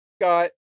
Got